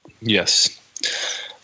Yes